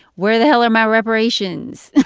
where the hell are my reparations?